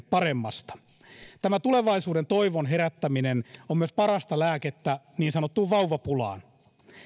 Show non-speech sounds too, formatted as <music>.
<unintelligible> paremmasta tulevaisuudesta tämä tulevaisuudentoivon herättäminen on myös parasta lääkettä niin sanottuun vauvapulaan